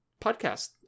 podcast